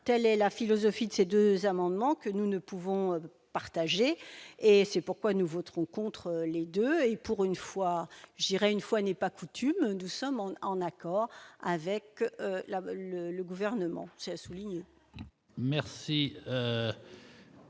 telle est la philosophie de ces 2 amendements que nous ne pouvons partager et c'est pourquoi nous voterons contre les 2 et pour une fois, je dirais, une fois n'est pas coutume de saumon en accord avec la le le gouvernement souligne. Merci.